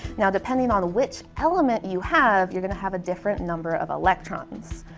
now depending on which element you have you're gonna have a different number of electrons.